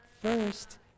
First